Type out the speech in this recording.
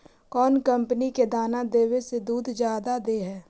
कौन कंपनी के दाना देबए से दुध जादा दे है?